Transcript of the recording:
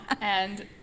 and-